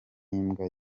imbwa